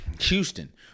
Houston